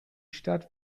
stadt